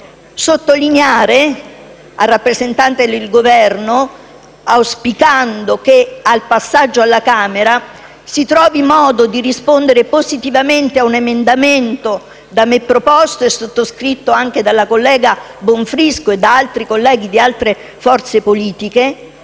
rivolgermi al rappresentante del Governo, auspicando che al passaggio alla Camera si trovi modo di rispondere positivamente a un emendamento da me proposto, sottoscritto anche della collega Bonfrisco nonché da altri colleghi di altre forze politiche,